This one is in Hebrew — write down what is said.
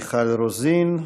מיכל רוזין,